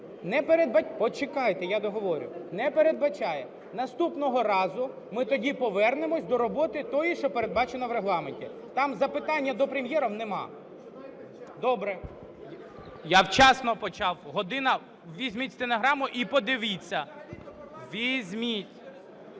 …не передбачає. Наступного разу ми тоді повернемося до роботи тої, що передбачено в Регламенті. Там запитання до Прем'єра немає. Добре. Я вчасно почав. "Година…" Візьміть стенограму і подивіться. Візьміть…